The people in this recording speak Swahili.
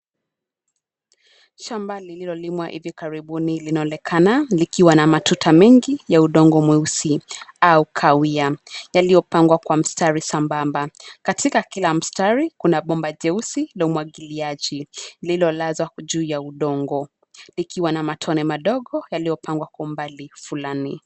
Shamba lililolimwa hivi karibuni linaonekana likiwa na matuta mingi ya udongo mweusi, au kahawia, yaliyopangwa kwa mstari sambamba, katika kila mstari kuna bomba jeusi la umwagiliaji, lililolazwa juu ya udongo, ikiwa na matone madogo yaliyopangwa kwa umbali fulani.